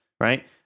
right